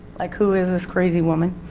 like who is this crazy woman,